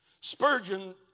Spurgeon